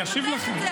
אני אשיב לכם.